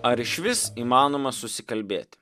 ar išvis įmanoma susikalbėti